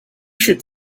should